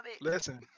Listen